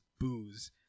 booze